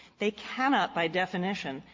they cannot, by definition,